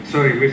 Sorry